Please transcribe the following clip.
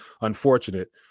unfortunate